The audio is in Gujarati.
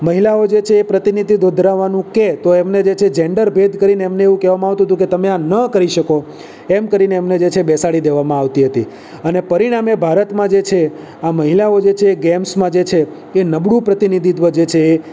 મહિલાઓ જે છે એ પ્રતિનિધિત્ત્વ ધરાવવાનું કહે તો એમને જેન્ડર ભેદ કરીને એમને એવું કહેવામાં આવતું હતું કે તમે આ ન કરી શકો એમ કરીને અમને જે છે બેસાડી દેવામાં આવતી હતી અને પરિણામે ભારતમાં જે છે આ મહિલાઓ જે છે એ ગેમ્સમાં જે છે એ નબળું પ્રતિનિધિત્વ જે છે એ ધરાવે